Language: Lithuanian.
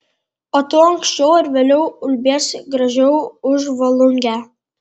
o tu anksčiau ar vėliau ulbėsi gražiau už volungę